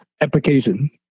application